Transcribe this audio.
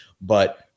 But-